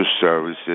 services